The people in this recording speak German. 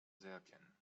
serbien